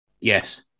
Yes